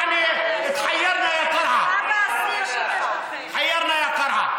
יעני (אומר בערבית: אנו אובדי עצות, קרחת.)